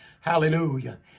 hallelujah